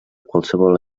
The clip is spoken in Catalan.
qualsevol